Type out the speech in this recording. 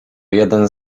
jeden